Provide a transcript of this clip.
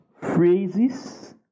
Phrases